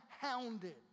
hounded